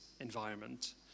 environment